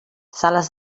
sales